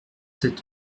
sept